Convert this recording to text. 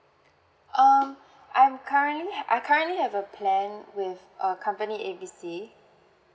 um I'm currently I currently have a plan with uh company A B C